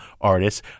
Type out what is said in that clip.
artists